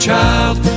child